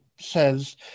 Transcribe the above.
says